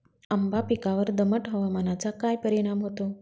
आंबा पिकावर दमट हवामानाचा काय परिणाम होतो?